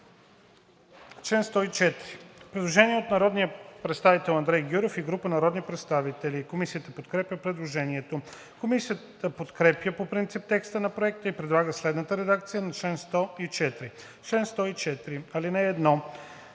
чл. 104 има предложение на народния представител Андрей Гюров и група народни представители. Комисията подкрепя предложението. Комисията подкрепя по принцип текста на Проекта и предлага следната редакция на чл. 104: „Чл. 104. (1) В първите